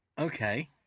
Okay